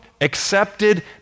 accepted